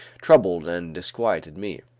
troubled and disquieted me.